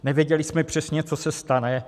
Nevěděli jsme přesně, co se stane.